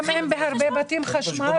וגם בהרבה בתים אין חשמל,